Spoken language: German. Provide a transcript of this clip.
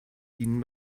ihnen